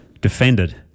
Defended